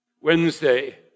Wednesday